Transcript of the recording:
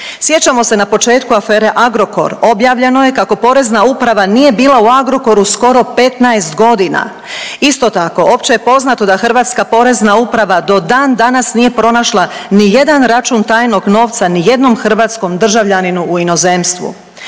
Sjećamo se na početku afere Agrokor, objavljeno je kako porezna uprava nije bila u Agrokoru skoro 15.g.. Isto tako opće je poznato da hrvatska porezna upravo do dan danas nije pronašla nijedan račun tajnog novca nijednom hrvatskom državljaninu u inozemstvu.